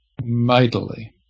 mightily